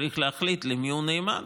למי הוא נאמן,